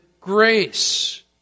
grace